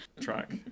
track